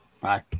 Bye